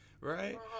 right